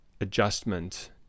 adjustment